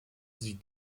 sie